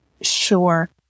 Sure